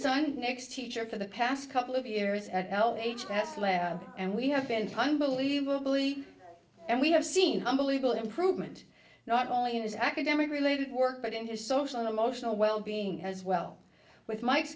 son next teacher for the past couple of years at h s where and we have been unbelievably and we have seen unbelievable improvement not only in his academic related work but in his social and emotional wellbeing as well with m